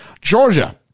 Georgia